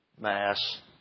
mass